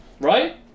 Right